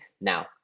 now